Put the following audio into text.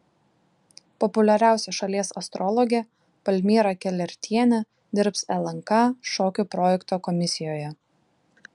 populiariausia šalies astrologė palmira kelertienė dirbs lnk šokių projekto komisijoje